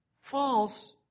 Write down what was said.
False